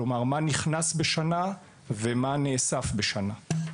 כלומר מה נכנס בשנה מול מה שנאסף בשנה.